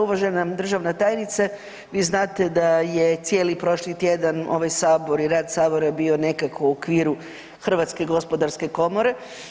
Uvažena državna tajnice, vi znate da je cijeli prošli tjedan ovaj Sabor i rad Sabora je bio nekako u okviru Hrvatske gospodarske komore.